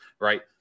right